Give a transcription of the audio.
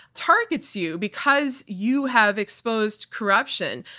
targets you because you have exposed corruption,